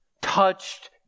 touched